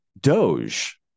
Doge